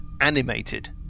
animated